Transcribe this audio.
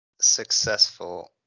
successful